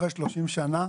אחרי 30 שנה,